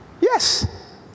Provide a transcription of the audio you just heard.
Yes